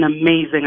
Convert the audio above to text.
amazing